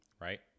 right